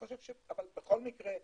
בכל מקרה,